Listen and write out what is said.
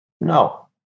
No